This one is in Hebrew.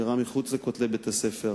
הוא אירע מחוץ לכותלי בית-הספר.